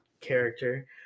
character